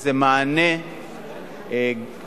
זה מענה חשוב,